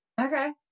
Okay